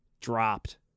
dropped